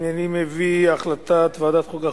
הנני מביא החלטת ועדת חוקה,